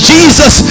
Jesus